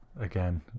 again